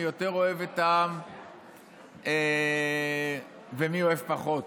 מי יותר אוהב את העם ומי אוהב פחות.